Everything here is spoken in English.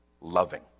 loving